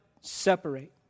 separate